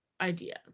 idea